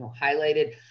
highlighted